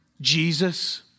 Jesus